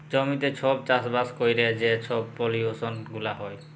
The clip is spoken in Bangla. জমিতে ছব চাষবাস ক্যইরে যে ছব পলিউশল গুলা হ্যয়